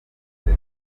rye